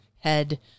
head